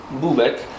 Bubek